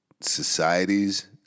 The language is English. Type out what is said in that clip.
societies